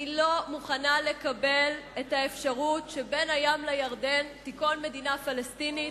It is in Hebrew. אני לא מוכנה לקבל את האפשרות שבין הים לירדן תיכון מדינה פלסטינית.